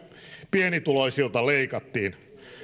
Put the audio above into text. pienituloisilta leikattiin